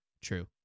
True